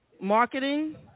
marketing